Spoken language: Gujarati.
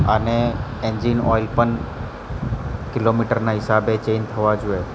અને એન્જિન ઓઇલ પણ કિલોમીટરના હિસાબે ચેન્જ થવા જોએ